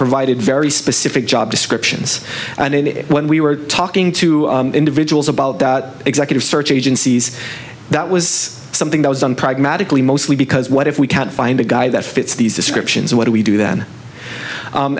provided very specific job descriptions and when we were talking to individuals about executive search agencies that was something that was done pragmatically mostly because what if we can't find a guy that fits these descriptions what do we do then